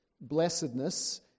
blessedness